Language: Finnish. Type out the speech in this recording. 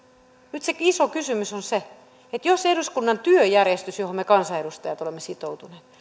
nyt se iso kysymys on se että jos eduskunnan työjärjestys johon me kansanedustajat olemme sitoutuneet